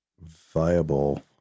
viable